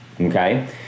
Okay